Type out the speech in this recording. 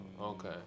okay